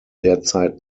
derzeit